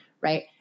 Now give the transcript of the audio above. right